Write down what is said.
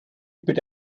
bitte